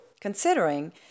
considering